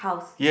house